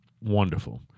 wonderful